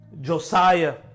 Josiah